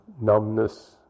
numbness